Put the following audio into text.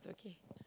it's okay